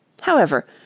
However